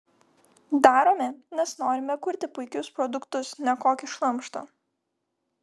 darome nes norime kurti puikius produktus ne kokį šlamštą